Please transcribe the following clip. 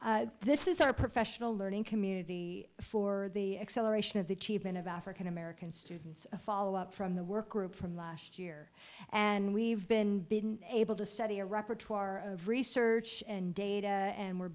wonderful this is our professional learning community for the acceleration of the cheapen of african american students a follow up from the work route from last year and we've been been able to study a repertoire of research and data and we're